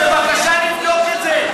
בבקשה לבדוק את זה.